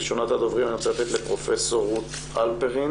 ראשונת הדוברים אני רוצה לתת לפרופ' רות הלפרין.